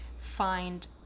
find